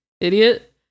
idiot